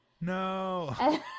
No